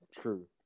True